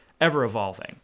ever-evolving